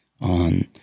on